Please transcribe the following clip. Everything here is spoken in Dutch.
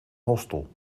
hostel